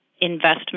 investment